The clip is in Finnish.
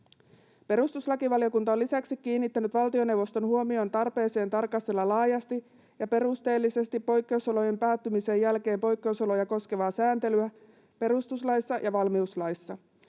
Perustuslakivaliokunta on lisäksi kiinnittänyt valtioneuvoston huomion tarpeeseen tarkastella laajasti ja perusteellisesti poikkeusolojen päättymisen jälkeen poikkeusoloja koskevaa sääntelyä perustuslaissa ja valmiuslaissa.